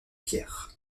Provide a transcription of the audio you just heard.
pierre